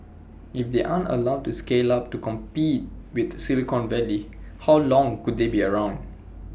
if they aren't allowed to scale up to compete with Silicon Valley how long could they be around